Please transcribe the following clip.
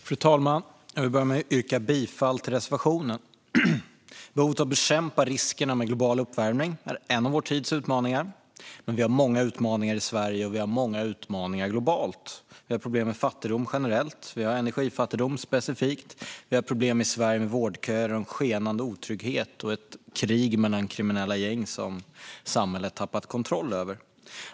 Fru talman! Jag vill börja med att yrka bifall till reservationen. Behovet av att bekämpa riskerna med global uppvärmning är en av vår tids utmaningar. Men vi har många utmaningar i Sverige, och vi har många utmaningar globalt. Vi har problem med fattigdom generellt och med energifattigdom specifikt. I Sverige har vi problem med vårdköer, en skenande otrygghet och ett krig mellan kriminella gäng som samhället tappat kontrollen över.